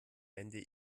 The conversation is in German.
ende